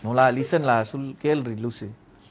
no lah listen lah Gowri லூசு:kealuri loosu